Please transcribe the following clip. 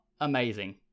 amazing